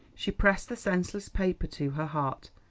she pressed the senseless paper to her heart,